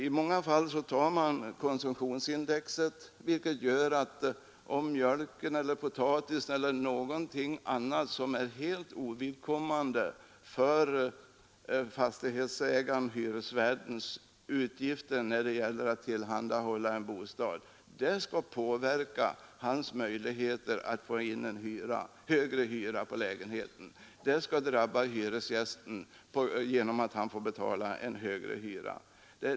I många fall går man efter konsumentprislagstiftningen, index, vilket gör att priset på mjölk, potatis eller någonting, som är helt ovidkommande för fastighetsägarens/ hyresvärdens utgifter när det gäller att tillhandahålla en bostad, påverkar hans möjligheter att få in en högre hyra för lägenheten. Det drabbar hyresgästen så att han får betala en högre hyra.